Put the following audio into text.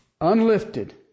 unlifted